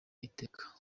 iteka